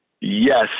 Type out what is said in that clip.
Yes